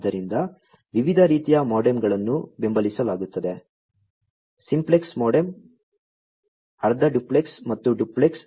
ಆದ್ದರಿಂದ ವಿವಿಧ ರೀತಿಯ MODEM ಗಳನ್ನು ಬೆಂಬಲಿಸಲಾಗುತ್ತದೆ ಸಿಂಪ್ಲೆಕ್ಸ್ ಮೋಡೆಮ್ ಅರ್ಧ ಡ್ಯುಪ್ಲೆಕ್ಸ್ ಮತ್ತು ಡ್ಯುಪ್ಲೆಕ್ಸ್